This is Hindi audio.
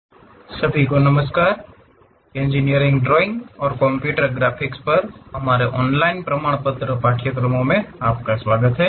आइसोमेट्रिक प्रक्षेपण सभी को नमस्कार इंजीनियरिंग ड्राइंग और कंप्यूटर ग्राफिक्स पर हमारे ऑनलाइन प्रमाणपत्र पाठ्यक्रमों में आपका स्वागत है